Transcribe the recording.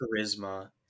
charisma